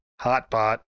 HotBot